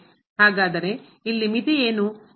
ಹಾಗಾದರೆ ಇಲ್ಲಿ ಮಿತಿ ಏನು